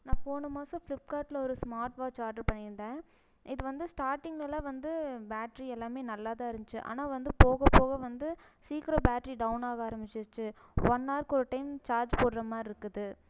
நான் போன மாதம் ஃபிளிப்கார்ட்டில் ஒரு ஸ்மார்ட் வாட்ச் ஆர்டர் பண்ணியிருந்தேன் இது வந்து ஸ்டார்டிங்லலாம் வந்து பேட்டரி எல்லாமே நல்லா தான் இருந்துச்சு ஆனால் வந்து போக போக வந்து சீக்கிரம் பேட்டரி டவுன் ஆக ஆரம்பிச்சிருச்சு ஒன் ஹார்க்கு ஒன் டைம் சார்ஜ் போடுற மாதிரிருக்குது